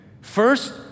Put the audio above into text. First